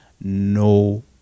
no